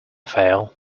fail